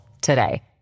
today